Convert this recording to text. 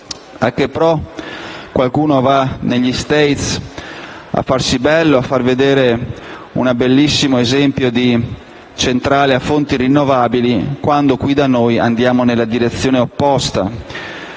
A che *pro*? Qualcuno va negli *States* a farsi bello, a far vedere un bellissimo esempio di centrale a fonti rinnovabili quando qui da noi andiamo nella direzione opposta: